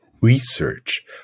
Research